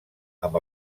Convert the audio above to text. amb